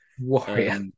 Warrior